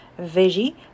veggie